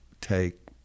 take